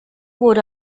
wurde